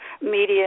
media